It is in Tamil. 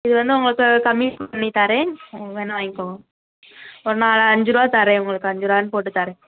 இது வந்து உங்களுக்கு கம்மி பண்ணி தரேன் வேணா வாங்கிக்கோங்க அஞ்சு ருபா தரேன் உங்களுக்கு அஞ்சுருவான்னு போட்டு தரேன்